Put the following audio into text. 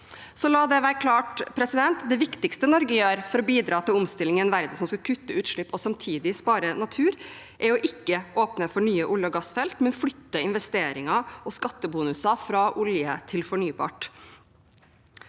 la det være klart: Det viktigste Norge gjør for å bidra til omstillingen i verden, som skal kutte i utslipp og samtidig spare natur, er ikke å åpne for nye olje- og gassfelt, men å flytte investeringer og skattebonuser fra olje til fornybart.